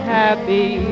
happy